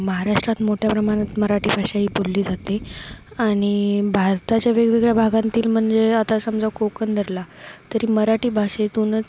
महाराष्ट्रात मोठ्या प्रमाणात मराठी भाषा ही बोलली जाते आणि भारताच्या वेगवेगळ्या भागांतील म्हणजे आता समजा कोकण धरला तरी मराठी भाषेतूनच